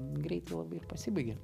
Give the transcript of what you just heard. greitai labai ir pasibaigė